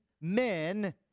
men